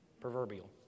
Proverbial